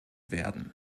werden